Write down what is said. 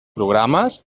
programes